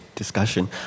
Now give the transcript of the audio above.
discussion